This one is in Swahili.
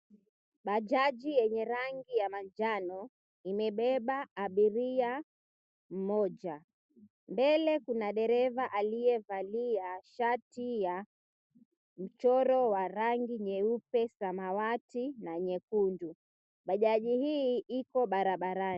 Bajaji yenye rangi ya manjano, imebeba abiria mmoja. Mbele kuna dereva aliyevalia shati ya mchoro wa rangi nyeupe, samawati, na nyekundu. Bajaji hii iko barabarani.